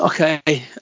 Okay